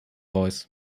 voice